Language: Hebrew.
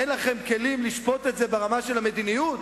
אין לכם כלים לשפוט את זה ברמה של המדיניות,